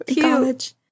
college